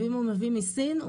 ואם הוא מבין מסין,